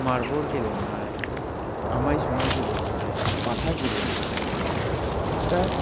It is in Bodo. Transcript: मार्बल गेलेनाय आमाय जुमाय गेलेनाय बाथा गेलेनाय दा